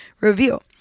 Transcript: reveal